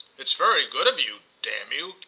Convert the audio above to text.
it's very good of you, damn you!